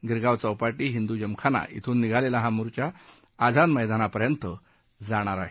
गिरगाव चौपाधी हिंद्र जिमखाना इथून निघालेला हा मोर्चा आझाद मैदानापर्यंत जाणार आहे